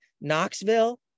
Knoxville